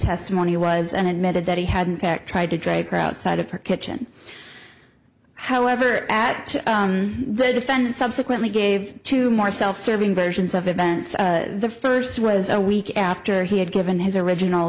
testimony was and admitted that he had in fact tried to drag her outside of her kitchen however at the defense subsequently gave two more self serving versions of events the first was a week after he had given his original